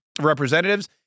representatives